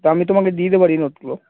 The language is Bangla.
তা আমি তোমাকে দিয়ে দিতে পারি নোটসগুলো